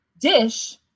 dish